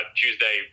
tuesday